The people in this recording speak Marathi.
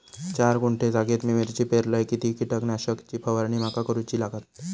चार गुंठे जागेत मी मिरची पेरलय किती कीटक नाशक ची फवारणी माका करूची लागात?